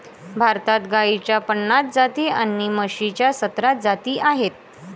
भारतात गाईच्या पन्नास जाती आणि म्हशीच्या सतरा जाती आहेत